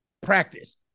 practice